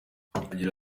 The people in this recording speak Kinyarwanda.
agira